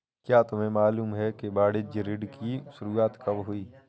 क्या तुम्हें मालूम है कि वाणिज्य ऋण की शुरुआत कब हुई?